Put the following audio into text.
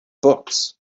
books